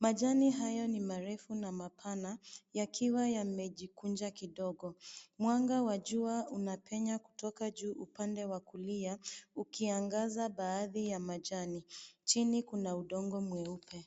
Majani hayo ni marefu na mapana yakiwa yamejikunja kidogo. Mwanga wa jua unapenya kutoka juu upande wa kulia ukiangaza baadhi ya majani chini kuna udongo mweupe.